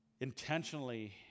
intentionally